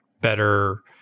better